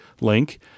link